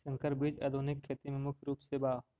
संकर बीज आधुनिक खेती में मुख्य रूप से बा